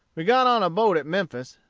we got on a boat at memphis,